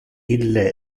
ille